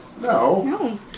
No